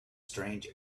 strange